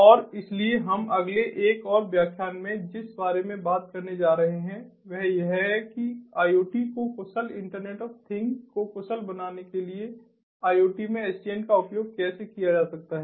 और इसलिए हम अगले एक और व्याख्यान में जिस बारे में बात करने जा रहे हैं वह यह है कि IoT को कुशल इंटरनेट ऑफ़ थिंग्स को कुशल बनाने के लिए IoT में SDN का उपयोग कैसे किया जा सकता है